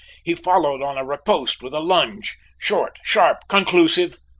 he followed on a riposte with a lunge short, sharp, conclusive,